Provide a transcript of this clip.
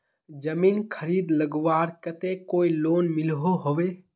जमीन खरीद लगवार केते कोई लोन मिलोहो होबे?